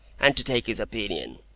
and to take his opinion.